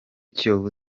kiyovu